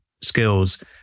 skills